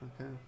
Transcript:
Okay